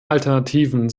alternativen